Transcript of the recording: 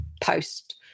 post